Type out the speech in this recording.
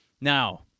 Now